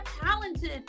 talented